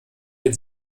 den